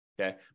okay